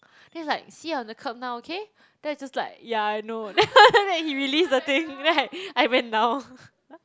then it's like see you're on the curb now okay then I just like ya I know then after that he release the thing right I went down